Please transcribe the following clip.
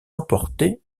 emporté